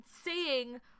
seeing